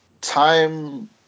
time